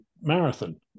marathon